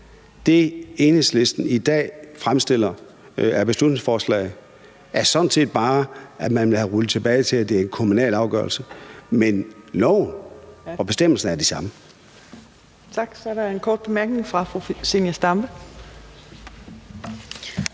som Enhedslisten i dag fremstiller med beslutningsforslaget, er sådan set bare, at man vil have det rullet tilbage til, at det er en kommunal afgørelse. Men loven og bestemmelserne er de samme. Kl. 18:57 Fjerde næstformand (Trine Torp):